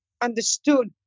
understood